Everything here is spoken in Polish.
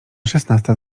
szesnasta